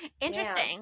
Interesting